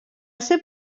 ser